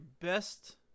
best